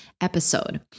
Episode